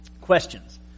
questions